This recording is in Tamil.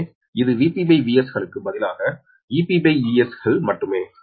எனவே இது VpVs களுக்கு பதிலாக EpEs கள் மட்டுமே